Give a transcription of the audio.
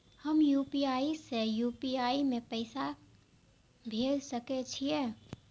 हम यू.पी.आई से यू.पी.आई में पैसा भेज सके छिये?